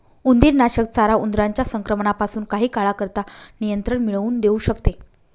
उंदीरनाशक चारा उंदरांच्या संक्रमणापासून काही काळाकरता नियंत्रण मिळवून देऊ शकते